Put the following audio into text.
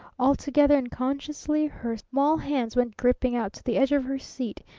altogether unconsciously her small hands went gripping out to the edge of her seat,